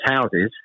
houses